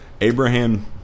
Abraham